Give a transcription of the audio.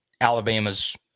Alabama's